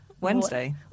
Wednesday